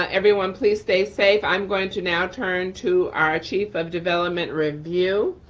ah everyone, please stay safe. i'm going to now turn to our chief of development review.